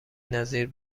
نظیر